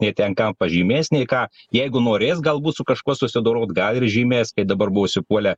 nei ten kam pažymės nei ką jeigu norės galbūt su kažkuo susidorot gal ir žymės kai dabar buvo užsipuolę